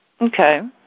Okay